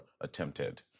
attempted